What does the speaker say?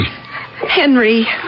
Henry